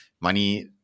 money